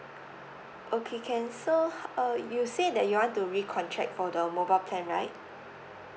okay can so uh you said that you want to recontract for the mobile plan right